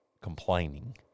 complaining